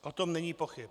O tom není pochyb.